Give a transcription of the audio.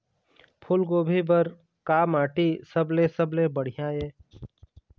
फूलगोभी बर का माटी सबले सबले बढ़िया ये?